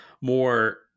more